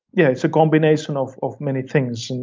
yeah it's a combination of of many things,